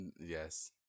Yes